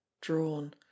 drawn